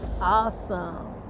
awesome